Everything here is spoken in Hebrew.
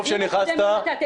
טוב שחזרת.